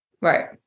Right